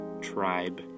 Tribe